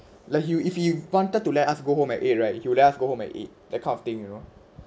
like he'll if he feel wanted to let us go home at eight right he'll let us go home at eight that kind of thing you know